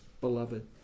beloved